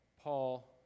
Paul